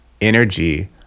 energy